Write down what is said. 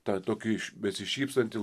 tą tokį besišypsantį